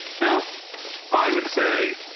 now i would say.